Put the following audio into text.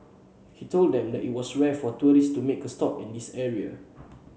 he told them that it was rare for tourists to make a stop in this area